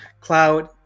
cloud